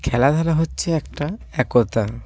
খেলাধুলা হচ্ছে একটা একতা